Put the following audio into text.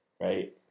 right